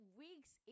weeks